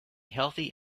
healthy